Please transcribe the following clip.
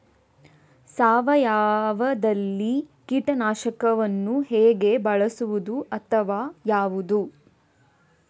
ಸಾವಯವದಲ್ಲಿ ಕೀಟನಾಶಕವನ್ನು ಹೇಗೆ ಬಳಸುವುದು ಅಥವಾ ಯಾವುದು?